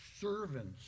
servants